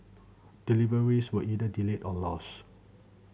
deliveries were either delayed or lost